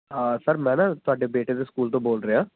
ਹਾਂ ਸਰ ਮੈਂ ਨਾ ਤੁਹਾਡੇ ਬੇਟੇ ਦੇ ਸਕੂਲ ਤੋਂ ਬੋਲ ਰਿਹਾ